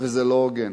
וזה לא הוגן,